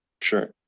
Sure